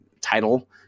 title